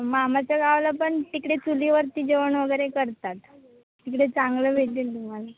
मामाच्या गावाला पण तिकडे चुलीवरती जेवण वगैरे करतात तिकडे चांगलं भेटेल तुम्हाला